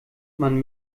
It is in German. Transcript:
man